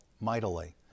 mightily